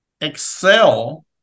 excel